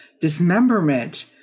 dismemberment